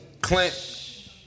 Clint